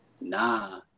nah